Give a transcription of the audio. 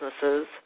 businesses